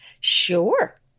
Sure